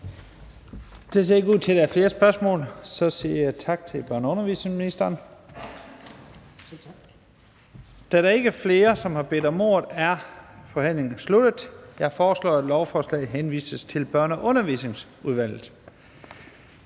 Det ser ikke ud til, der er flere spørgsmål, så jeg siger tak til børne- og undervisningsministeren. Da der ikke er flere, der har bedt om ordet, er forhandlingen sluttet. Jeg foreslår, at lovforslaget henvises til Børne- og Undervisningsudvalget.